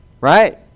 Right